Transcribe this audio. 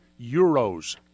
euros